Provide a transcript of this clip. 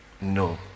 no